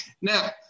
Now